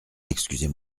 excusez